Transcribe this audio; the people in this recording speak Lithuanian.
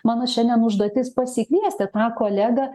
mano šiandien užduotis pasikviesti tą kolegą